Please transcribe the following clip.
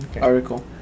article